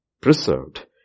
preserved